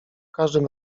każdym